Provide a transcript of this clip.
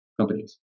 companies